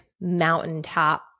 mountaintop